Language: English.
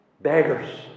beggars